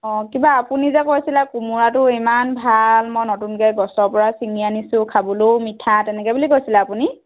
অ' কিবা আপুনি যে কৈছিলে কোমোৰাটো ইমান ভাল মই নতুনকৈ গছৰ পৰা চিঙি আনিছোঁ খাবলৈও মিঠা তেনেকৈ বুলি কৈছিলে আপুনি